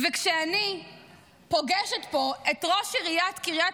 וכשאני פוגשת פה את ראש עיריית קריית